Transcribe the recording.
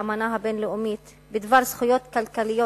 באמנה הבין-לאומית בדבר זכויות כלכליות,